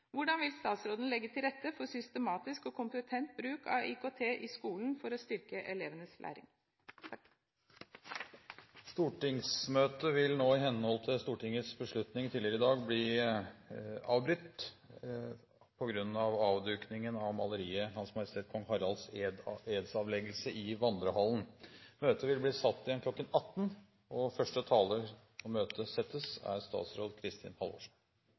Hvordan vil statsråden legge til rette for systematisk og kompetent bruk av IKT i skolen for å styrke elevenes læring? Stortingsmøtet vil nå i henhold til Stortingets beslutning tidligere i dag bli avbrutt på grunn av avdukningen av maleriet «H. M. Kong Haralds edsavleggelse» i vandrehallen. Møtet vil bli satt igjen kl. 18.